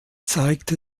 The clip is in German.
zeigte